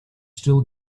still